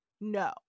No